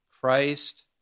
Christ